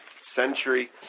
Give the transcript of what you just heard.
century